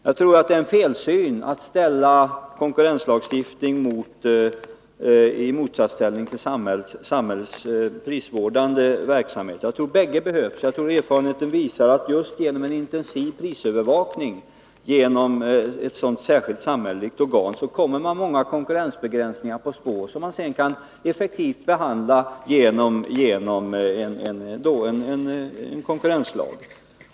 Jag tror att det är felaktigt att sätta konkurrenslagstiftningen i motsatsställning till samhällets prisvårdande verksamhet. Vi behöver bägge dessa saker. Erfarenheten visar nog att det är just genom en intensiv prisövervakning genom ett särskilt samhälleligt organ som man kommer konkurrensbegränsningar på spåret. Dessa kan man sedan effektivt behandla med hjälp av en konkurrenslag.